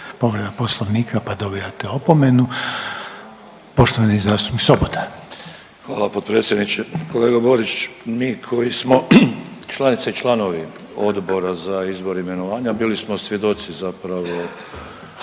povreda Poslovnika pa dobivate opomenu. Poštovani zastupnik Sobota. **Sobota, Darko (HDZ)** Hvala potpredsjedniče. Kolega Borić, mi koji smo članice i članovi Odbora za izbor, imenovanja bili smo svjedoci zapravo